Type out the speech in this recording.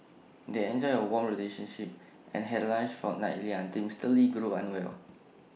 they enjoyed A warm relationship and had lunch fortnightly until Mister lee grew unwell